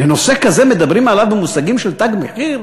נושא כזה, מדברים עליו במושגים של "תג מחיר"?